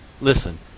Listen